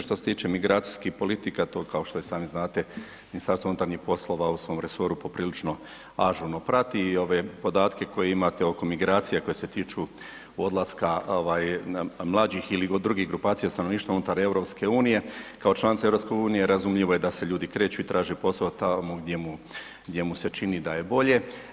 Što se tiče migracijskih politika, to kao što i sami znate, MUP u svom resoru poprilično ažurno prati i ove podatke koje imate oko migracija koje se tiču odlaska mlađih ili drugih grupacija stanovništva unutar EU, kao članica EU, razumljivo je da se ljudi kreću i traže posao tamo gdje mu se čini da je bolje.